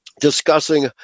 discussing